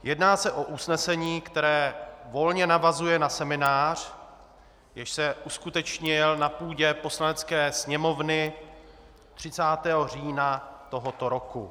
Jedná se o usnesení, které volně navazuje na seminář, jenž se uskutečnil na půdě Poslanecké sněmovny 30. října tohoto roku.